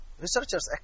researchers